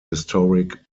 historic